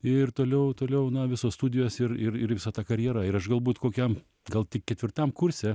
ir toliau toliau na visos studijos ir ir ir visa ta karjera ir aš galbūt kokiam gal tik ketvirtam kurse